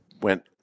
went